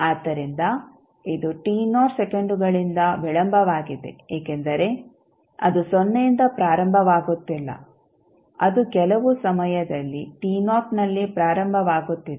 ಆದ್ದರಿಂದ ಇದು ಸೆಕೆಂಡುಗಳಿಂದ ವಿಳಂಬವಾಗಿದೆ ಏಕೆಂದರೆ ಅದು ಸೊನ್ನೆಯಿಂದ ಪ್ರಾರಂಭವಾಗುತ್ತಿಲ್ಲ ಅದು ಕೆಲವು ಸಮಯದಲ್ಲಿ ನಲ್ಲಿ ಪ್ರಾರಂಭವಾಗುತ್ತಿದೆ